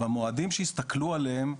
במועדים שהסתכלו עליהם,